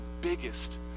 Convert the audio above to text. biggest